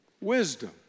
wisdom